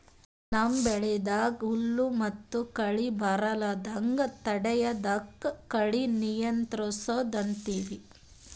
ನಮ್ಮ್ ಬೆಳಿದಾಗ್ ಹುಲ್ಲ್ ಮತ್ತ್ ಕಳಿ ಬರಲಾರದಂಗ್ ತಡಯದಕ್ಕ್ ಕಳಿ ನಿಯಂತ್ರಸದ್ ಅಂತೀವಿ